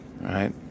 right